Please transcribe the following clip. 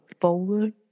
forward